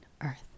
earth